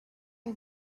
and